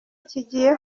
kigiye